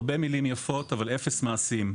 הרבה מילים יפות, אבל אפס במעשים.